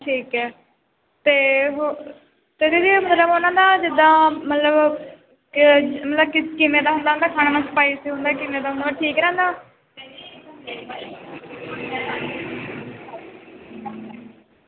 ਠੀਕ ਹੈ ਅਤੇ ਉਹ ਅਤੇ ਦੀਦੀ ਮਤਲਬ ਉਹਨਾਂ ਦਾ ਜਿੱਦਾ ਮਤਲਬ ਮਤਲਬ ਕਿਵੇਂ ਦਾ ਹੁੰਦਾ ਉਹਨਾਂ ਦਾ ਖਾਣਾ ਸਫਾਈ ਸਫੁਈ ਦਾ ਕਿੰਨੇ ਦਾ ਹੁੰਦਾ ਠੀਕ ਰਹਿੰਦਾ